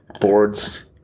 boards